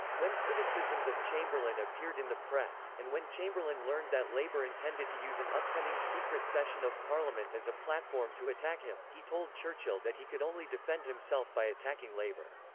when criticisms of chamberlain appeared in the press, and when chamberlain learned that labour intended to use an upcoming secret session of parliament as a platform to attack him, he told churchill that he could only defend himself by attacking labour.